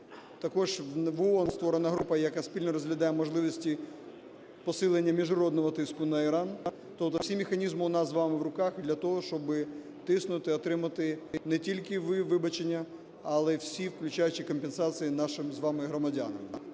Також в ООН створена група, яка спільно розглядає можливості посилення міжнародного тиску на Іран. Тобто всі механізми у нас з вами в руках для того, щоби тиснути, отримати не тільки вибачення, але й всі, включаючи компенсації нашим з вами громадянам.